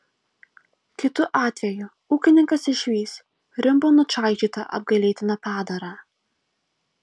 kitu atveju ūkininkas išvys rimbu nučaižytą apgailėtiną padarą